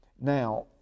Now